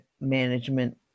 management